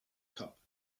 cup